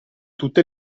tutte